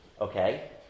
Okay